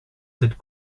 cette